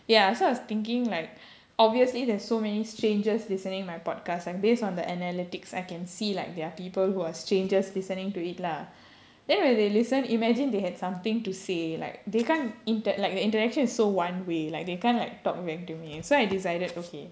ya so I was thinking like obviously there's so many strangers listening my podcast and based on the analytics I can see like there are people who are strangers listening to it lah then when they listen imagine they had something to say like they can't impact like the interaction is so one way like they can't like talk back to me so I decided okay